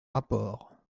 rapports